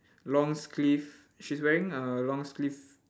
long sleeve she's wearing a long sleeve